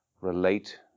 relate